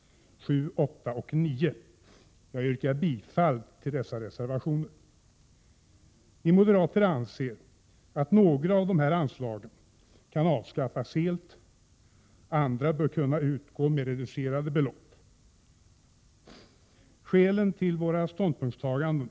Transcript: Jag yrkar bifall till dessa 23 mars 1988 reservationer. Vi moderater anser att några av dessa anslag kan avskaffas helt, medan ed ER andra bör kunna utgå med reducerade belopp. Skälet till vår ståndpunkt är BE9RAIa myNgleheter.